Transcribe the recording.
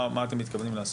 מה אתם מתכוונים לעשות?